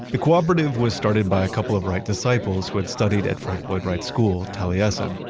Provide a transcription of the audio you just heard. the cooperative was started by a couple of wright disciples who had studied at frank lloyd wright's school, taliesin,